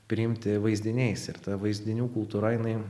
priimti vaizdiniais ir ta vaizdinių kultūra jinai